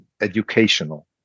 educational